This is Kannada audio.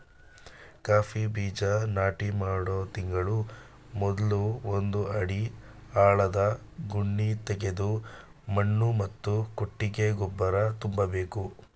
ಕಾಫಿ ಬೀಜ ನಾಟಿ ಮಾಡೋ ತಿಂಗಳ ಮೊದ್ಲು ಒಂದು ಅಡಿ ಆಳದ ಗುಣಿತೆಗೆದು ಮಣ್ಣು ಮತ್ತು ಕೊಟ್ಟಿಗೆ ಗೊಬ್ಬರ ತುಂಬ್ಬೇಕು